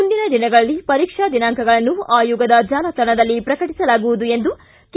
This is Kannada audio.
ಮುಂದಿನ ದಿನಗಳಲ್ಲಿ ಪರೀಕ್ಷಾ ದಿನಾಂಕಗಳನ್ನು ಆಯೋಗದ ಜಾಲತಾಣದಲ್ಲಿ ಪ್ರಕಟಿಸಲಾಗುವುದು ಎಂದು ಕೆ